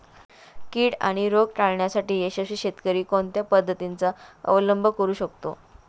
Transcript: कीड आणि रोग टाळण्यासाठी यशस्वी शेतकरी कोणत्या पद्धतींचा अवलंब करू शकतो?